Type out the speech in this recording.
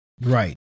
Right